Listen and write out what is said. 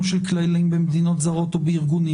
של כללים במדינות זרים ובארגונים.